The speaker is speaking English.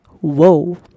whoa